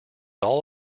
all